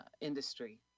industry